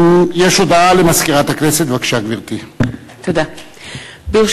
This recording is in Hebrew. יעת המחנה הציוני, קביעת מועדים לתקציב המדינה תוך